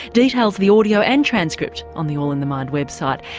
details, the audio and transcript on the all in the mind website,